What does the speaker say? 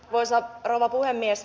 arvoisa rouva puhemies